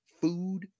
food